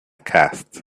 cast